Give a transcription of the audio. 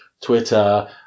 Twitter